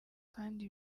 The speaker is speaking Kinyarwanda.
kandi